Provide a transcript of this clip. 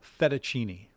fettuccine